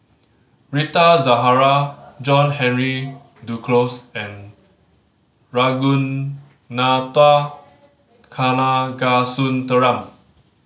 Rita Zahara John Henry Duclos and Ragunathar Kanagasuntheram